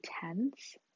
tense